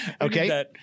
Okay